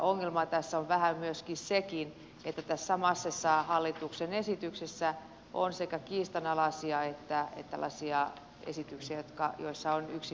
ongelma tässä on vähän myöskin sekin että tässä samaisessa hallituksen esityksessä on sekä kiistanalaisia esityksiä että tällaisia esityksiä joista on yksimielisyys